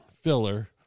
filler